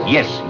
Yes